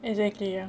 exactly ya